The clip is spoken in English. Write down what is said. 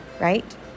right